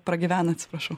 pragyvena atsiprašau